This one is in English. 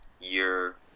year